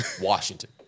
Washington